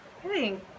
hey